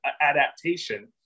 adaptation